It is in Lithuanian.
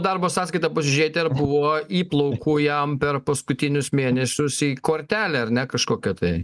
darbo sąskaita pasižiūrėti ar buvo įplaukų jam per paskutinius mėnesius į kortelę ar ne kažkokia tai